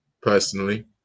personally